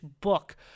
book